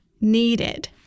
needed